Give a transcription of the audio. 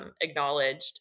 acknowledged